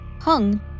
Hung